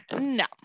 No